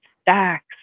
stacks